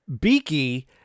Beaky